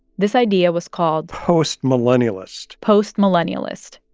this idea was called. postmillennialist. postmillennialist.